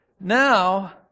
Now